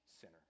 sinner